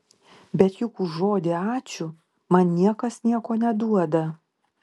bet juk už žodį ačiū man niekas nieko neduoda